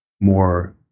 more